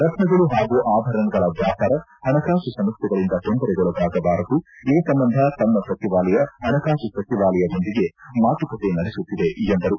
ರತ್ನಗಳು ಹಾಗೂ ಆಭರಣಗಳ ವ್ಯಾಪಾರ ಹಣಕಾಸು ಸಮಸ್ಥೆಗಳಿಂದ ತೊಂದರೆಗೊಳಗಾಗಬಾರದು ಈ ಸಂಬಂಧ ತಮ್ಮ ಸಚಿವಾಲಯ ಹಣಕಾಸು ಸಚಿವಾಲಯದೊಂದಿಗೆ ಮಾತುಕತೆ ನಡೆಸುತ್ತಿದೆ ಎಂದರು